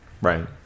Right